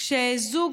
כשזוג